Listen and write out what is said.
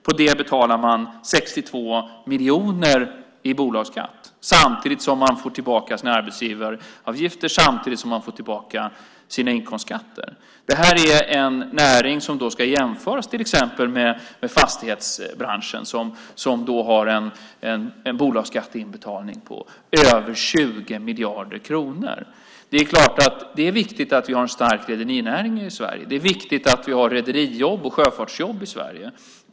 På det betalar man 62 miljoner i bolagsskatt samtidigt som man får tillbaka sina arbetsgivaravgifter och samtidigt som man får tillbaka sina inkomstskatter. Detta är en näring som ska jämföras till exempel med fastighetsbranschen som då har en bolagsskatteinbetalning på över 20 miljarder kronor. Det är klart att det är viktigt att vi har en stark rederinäring i Sverige. Det är viktigt att vi har rederijobb och sjöfartsjobb i Sverige.